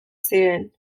ziren